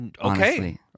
okay